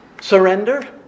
surrender